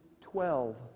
twelve